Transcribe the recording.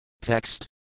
Text